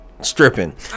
stripping